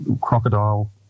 crocodile